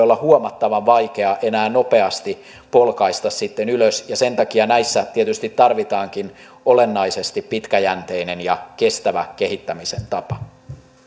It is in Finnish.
olla huomattavan vaikea enää nopeasti polkaista sitten ylös ja sen takia näissä tietysti tarvitaankin olennaisesti pitkäjänteinen ja kestävä kehittämisen tapa